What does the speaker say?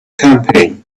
campaign